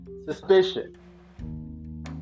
Suspicion